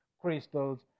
crystals